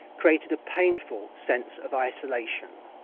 created a painful sense of isolation.